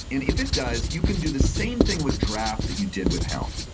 and if it does, you can do the same thing with draft that you did with helm.